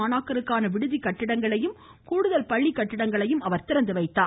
மாணாக்கருக்கான விடுதி கட்டிடங்களையும் கூடுதல் பள்ளிக் கட்டிடங்களையும் அவர் திறந்துவைத்தார்